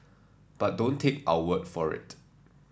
but don't take our word for it